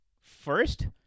first